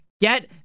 Get